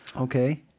Okay